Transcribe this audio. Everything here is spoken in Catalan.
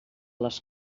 les